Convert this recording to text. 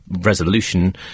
resolution